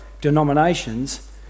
denominations